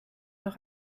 noch